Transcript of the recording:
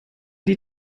die